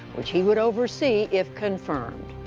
which he would oversee if confirmed.